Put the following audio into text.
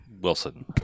Wilson